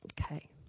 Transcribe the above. okay